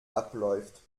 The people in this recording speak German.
abläuft